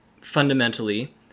fundamentally